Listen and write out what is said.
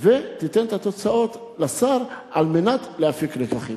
ותיתן את התוצאות לשר על מנת להפיק לקחים.